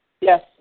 Yes